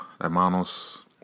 hermanos